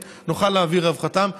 נוכל להביא לרווחתם.